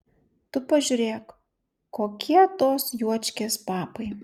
tu pažiūrėk kokie tos juočkės papai